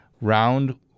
round